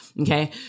Okay